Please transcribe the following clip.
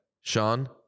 sean